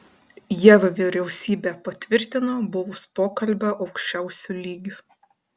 jav vyriausybė patvirtino buvus pokalbio aukščiausiu lygiu